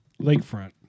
Lakefront